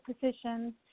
position